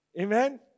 Amen